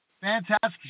Fantastic